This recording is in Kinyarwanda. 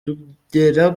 tugera